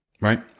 Right